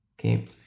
Okay